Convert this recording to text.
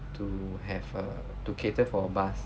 to have a to cater for a bus